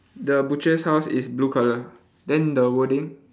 the butcher's house is blue colour then the wording